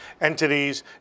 entities